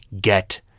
Get